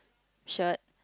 shirt